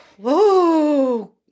Whoa